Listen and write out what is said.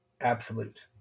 absolute